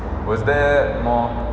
was there more